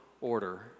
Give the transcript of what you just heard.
order